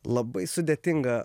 labai sudėtinga